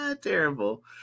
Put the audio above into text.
Terrible